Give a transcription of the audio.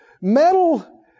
metal